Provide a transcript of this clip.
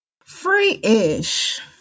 Free-ish